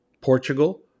Portugal